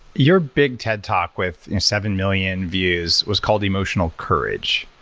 your big ted talk with seven million views was called emotional courage.